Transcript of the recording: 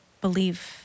believe